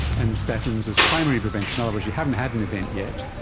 and statins is primary prevention, in other words you haven't had an event yet,